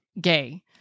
gay